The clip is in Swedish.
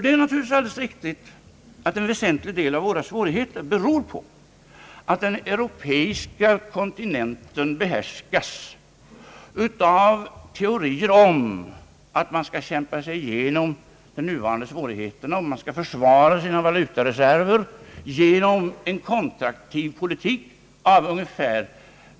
Det är alldeles riktigt att en väsentlig del av våra svårigheter beror på att den europeiska kontinenten behärskas av teorier om att man skall kämpa sig igenom de nuvarande svårigheterna och försvara sina valutareserver genom en kontraktiv politik ungefär av